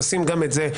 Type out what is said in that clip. נשים גם את זה.